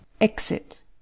exit